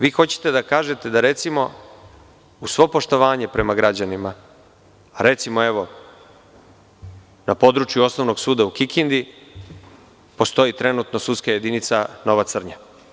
Vi hoćete da kažete, da je recimo, uz svo poštovanje građanima, recimo evo, na području Osnovnog suda u Kikindi postoji trenutno sudska jedinica Nova Crnja.